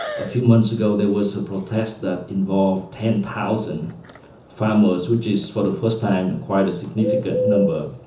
a few months ago there was a protest that involved ten thousand farmers, which is for the first time quite a significant number.